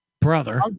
brother